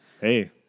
Hey